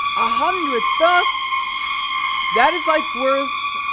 a hundred us that is like worth.